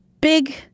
big